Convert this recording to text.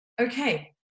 okay